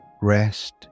rest